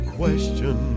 question